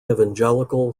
evangelical